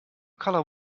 color